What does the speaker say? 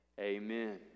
amen